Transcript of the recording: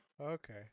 Okay